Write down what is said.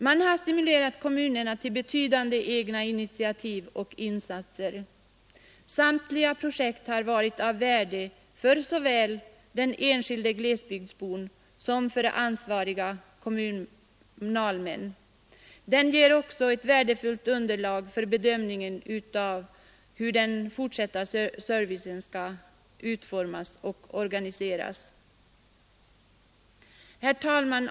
Man har stimulerat kommunerna till betydande egna initiativ och insatser. Samtliga projekt har varit av värde såväl för den enskilde glesbygdsbon som för ansvariga kommunalmän. Verksamheten ger också ett värdefullt underlag för bedömning av hur den fortsatta servicen skall utformas och organiseras.